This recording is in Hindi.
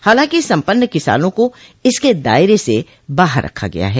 हालांकि संपन्न किसानों को इसके दायरे से बाहर रखा गया है